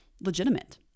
legitimate